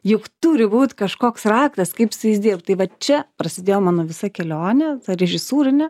juk turi būt kažkoks raktas kaip su jais dirbt tai va čia prasidėjo mano visa kelionė ta režisūrinė